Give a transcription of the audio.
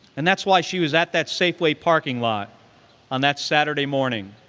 and that's why she was at that safeway parking lot on that saturday morning,